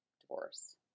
divorce